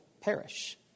perish